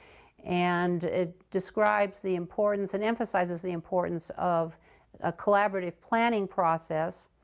and it describes the importance, and emphasizes the importance, of a collaborative planning process.